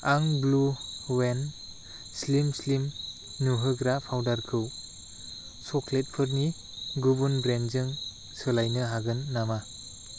आं ब्लु हुवेन slim slim नुहोग्रा पाउदारखौ सकलेतफोरनि गुबुन ब्रेन्डजों सोलायनो हागोन नामा